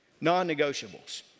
non-negotiables